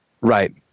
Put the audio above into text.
Right